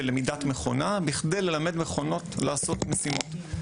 למידת מכונה בכדי ללמד מכונות לעשות משימות.